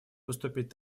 поступить